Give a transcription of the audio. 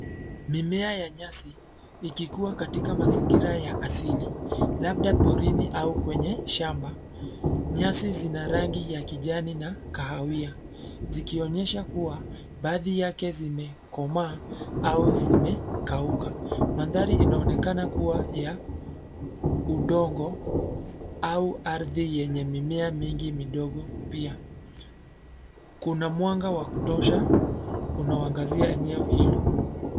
Mimea ya nyasi, ikikua katika mazingira ya asili, labda porini au kwenye shamba. Nyasi zina rangi ya kijani na kahawia, zikionyesha kuwa, baadhi yake zimekomaa au zimekauka. Mandhari inaonekana kuwa ya, udongo, au ardhi yenye mimea mengi midogo pia. Kuna mwanga wa kutosha, unaoangazia eneo hilo.